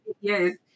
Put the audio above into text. Yes